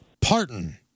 Parton